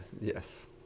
Yes